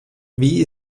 wie